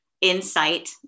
insight